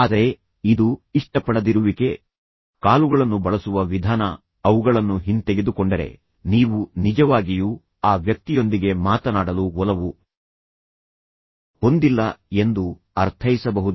ಆದರೆ ಇದು ಇಷ್ಟಪಡದಿರುವಿಕೆ ಕಾಲುಗಳನ್ನು ಬಳಸುವ ವಿಧಾನ ಅವುಗಳನ್ನು ಹಿಂತೆಗೆದುಕೊಂಡರೆ ನೀವು ನಿಜವಾಗಿಯೂ ಆ ವ್ಯಕ್ತಿಯೊಂದಿಗೆ ಮಾತನಾಡಲು ಒಲವು ಹೊಂದಿಲ್ಲ ಎಂದು ಅರ್ಥೈಸಬಹುದು